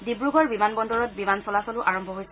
ডিব্ৰুগড় বিমান বন্দৰত বিমান চলাচলো আৰম্ভ হৈছে